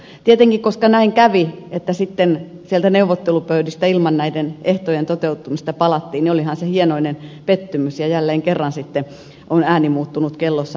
tietenkin koska näin kävi että sieltä neuvottelupöydistä ilman ehtojen toteutumista palattiin niin olihan se hienoinen pettymys ja jälleen kerran on sitten ääni muuttunut kellossa